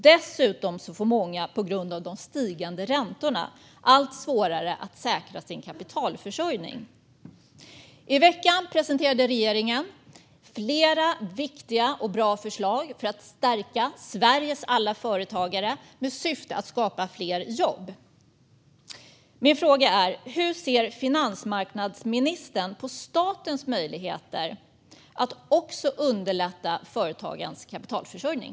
Dessutom får många på grund av de stigande räntorna allt svårare att klara sin kapitalförsörjning. I veckan presenterade regeringen flera viktiga och bra förslag för att stärka Sveriges alla företagare i syfte att skapa fler jobb. Min fråga är: Hur ser finansmarknadsministern på statens möjligheter att också underlätta företagens kapitalförsörjning?